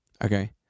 Okay